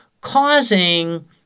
causing